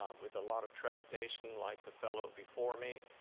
um with a lot of trepidation, like the fellow before me.